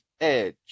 Edge